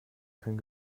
kann